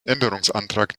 änderungsantrag